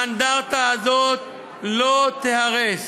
האנדרטה הזאת לא תיהרס.